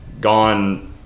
gone